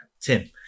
Tim